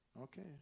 okay